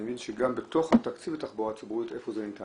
אבל אני מבין שגם בתוך תקציב התחבורה הציבורית איפה זה ניתן?